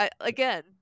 Again